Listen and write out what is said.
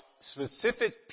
specific